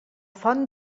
font